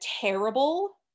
terrible